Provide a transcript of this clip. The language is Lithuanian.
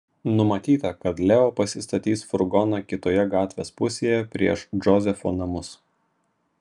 numatyta kad leo pasistatys furgoną kitoje gatvės pusėje prieš džozefo namus